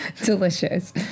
delicious